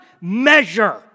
measure